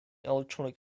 electronic